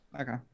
Okay